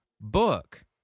book